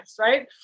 right